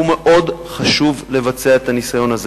מאוד חשוב לבצע את הניסיון הזה.